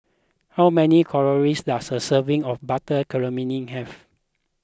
how many calories does a serving of Butter Calamari have